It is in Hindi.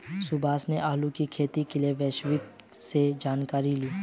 सुभाष ने आलू की खेती के लिए विशेषज्ञों से जानकारी ली